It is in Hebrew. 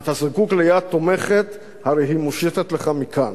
אם אתה זקוק ליד תומכת, הרי היא מושטת לך מכאן.